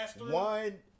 one